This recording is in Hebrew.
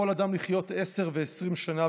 יכול אדם לחיות 10 ו-20 שנה,